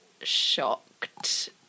shocked